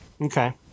Okay